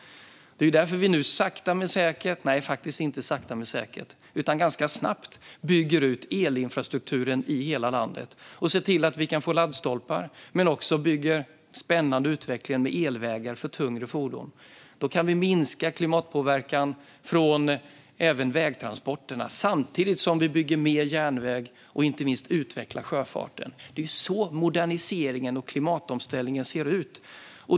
Det är därför vi nu sakta men säkert - nej, inte sakta men säkert, utan ganska snabbt - bygger ut elinfrastrukturen i hela landet och ser till att vi kan få laddstolpar. Det är också en spännande utveckling med elvägar för tyngre fordon. Då kan vi minska klimatpåverkan från vägtransporterna samtidigt som vi bygger mer järnväg och inte minst utvecklar sjöfarten. Det är så moderniseringen och klimatomställningen ser ut.